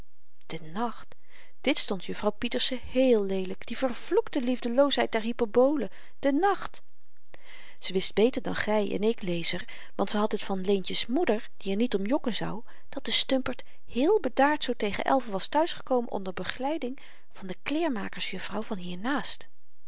den nacht dit stond juffrouw pieterse heel leelyk die vervloekte liefdeloosheid der hyperbolen den nacht ze wist beter dan gy en ik lezer want ze had het van leentje's moeder die er niet om jokken zou dat de stumpert heel bedaard zoo tegen elven was thuis gekomen onder begeleiding van de kleermakers juffrouw van hier naast